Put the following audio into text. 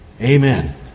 Amen